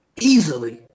easily